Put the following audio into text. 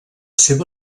seva